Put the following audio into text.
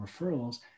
referrals